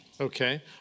Okay